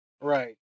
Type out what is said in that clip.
Right